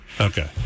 Okay